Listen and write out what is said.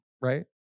right